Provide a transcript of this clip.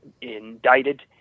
indicted